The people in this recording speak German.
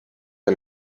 der